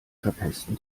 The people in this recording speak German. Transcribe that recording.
verpesten